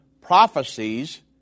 prophecies